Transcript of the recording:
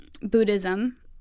Buddhism